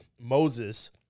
Moses